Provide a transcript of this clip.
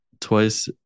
twice